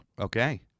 Okay